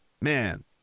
man